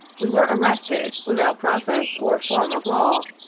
we were arrested, without process or form of law,